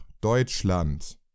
Deutschland